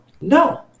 no